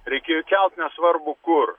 reikėjo kelt nesvarbu kur